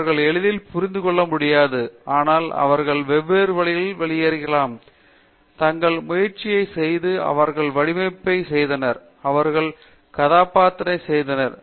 அவர்களால் எளிதில் புரிந்து கொள்ளமுடியாது ஆனால் அவர்கள் வெவ்வேறு வழிகளிலிருந்து வெளியேறவும் தங்கள் முயற்சியைச் செய்து அவர்களது வடிவமைப்பைச் செய்தனர் அவர்களுடைய கதாபாத்திரத்தைச் செய்தனர்